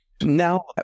Now